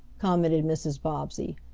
commented mrs. bobbsey,